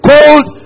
Cold